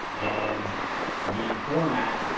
and the format,